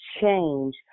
change